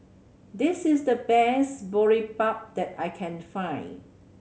this is the best Boribap that I can find